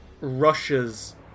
rushes